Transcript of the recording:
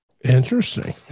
Interesting